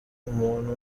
umuntu